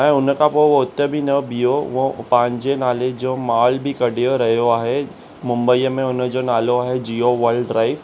ऐं हुनखां पोइ वो हुते बि न बीहो उहो पंहिंजे नाले जो माल बि कढियो रहियो आहे मुंबईअ में हुनजो नालो आहे जिओ वर्ल्ड ड्राइव